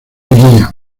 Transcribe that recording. guía